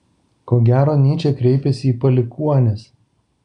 ko gero nyčė kreipiasi į palikuonis